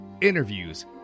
interviews